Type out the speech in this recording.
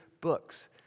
books